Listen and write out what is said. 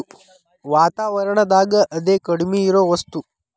ವಾತಾವರಣದಾಗ ಅತೇ ಕಡಮಿ ಇರು ವಸ್ತು